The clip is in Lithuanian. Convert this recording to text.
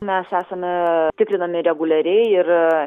mes esame tikrinami reguliariai ir